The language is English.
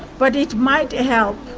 but it might help